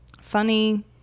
Funny